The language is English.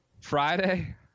Friday